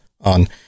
on